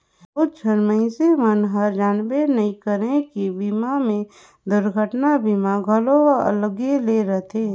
बहुत झन मइनसे मन हर जानबे नइ करे की बीमा मे दुरघटना बीमा घलो अलगे ले रथे